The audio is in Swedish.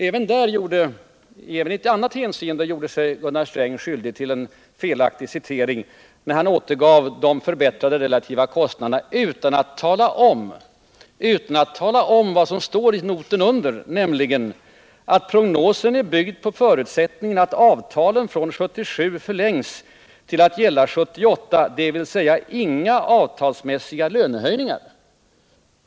Även i ett annat avseende gjorde sig Gunnar Sträng skyldig till en felaktig citering när han återgav uppgifterna om de förbättrade relativa kostnaderna utan att tala om vad som står i en not, nämligen att prognosen är byggd på förutsättningen att avtalen från 1977 förlängs till att gälla 1978, dvs. inga avtalsmässiga lönehöjningar.